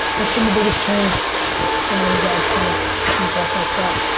what's been the biggest change from when you guys kind of came across my stuff?